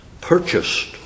purchased